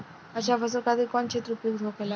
अच्छा फसल खातिर कौन क्षेत्र उपयुक्त होखेला?